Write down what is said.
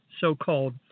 so-called